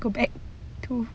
go back to